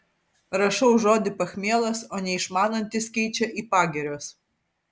rašau žodį pachmielas o neišmanantys keičia į pagirios